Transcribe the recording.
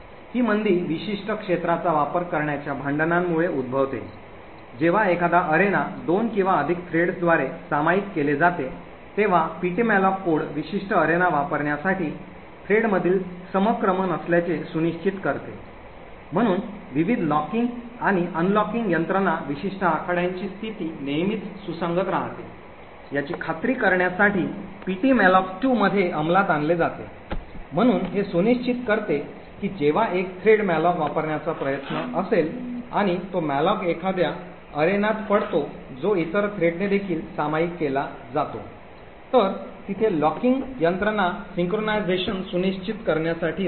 ही मंदी विशिष्ट क्षेत्राचा वापर करण्याच्या भांडणांमुळे उद्भवते जेव्हा एखादा अरेना दोन किंवा अधिक थ्रेड्सद्वारे सामायिक केले जाते तेव्हा ptmalloc कोड विशिष्ट अरेना वापरण्यासाठी थ्रेडमधील समक्रमण असल्याचे सुनिश्चित करते म्हणून विविध लॉकिंग आणि अनलॉकिंग यंत्रणा विशिष्ट आखाड्यांची स्थिती नेहमीच सुसंगत राहते याची खात्री करण्यासाठी ptmalloc2 मध्ये अंमलात आणले जाते म्हणून हे सुनिश्चित करते की जेव्हा एक थ्रेड मॅलोक वापरण्याचा प्रयत्न करीत असेल आणि तो मॅलोक एखाद्या अरेनात पडतो जो इतर थ्रेडने देखील सामायिक केला जातो तर तिथे लॉकिंग यंत्रणा समक्रमण सुनिश्चित करण्यासाठी असते